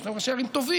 יש להן ראשי ערים טובים,